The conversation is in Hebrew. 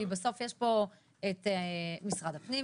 כי בסוף יש פה את משרד הפנים,